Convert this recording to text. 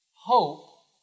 Hope